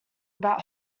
about